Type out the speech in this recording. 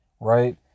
right